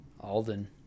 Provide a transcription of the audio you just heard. Alden